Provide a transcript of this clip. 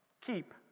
keep